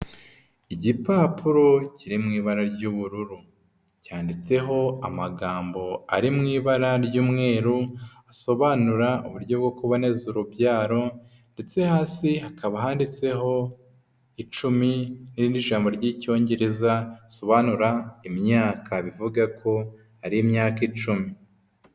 Igipapuro kiri mu ibara ry'ubururu cyanditseho amagambo ari mu ibara ry'umweru asobanura uburyo bwo kuboneza urubyaro ndetse hasi hakaba handitseho icumi n'irindi jambo ry'icyongereza risobanura imyaka bivuga ko ari imyaka icumi.